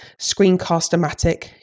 screencast-o-matic